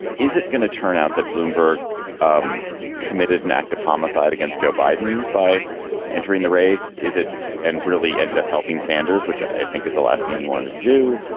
is it going to turn out that bloomberg um committed an act of homicide against joe biden by entering the race? is it and really ended up helping sanders, which i think is the last thing he wanted to do,